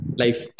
life